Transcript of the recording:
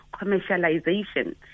commercialization